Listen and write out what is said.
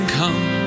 come